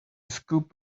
scoop